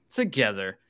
together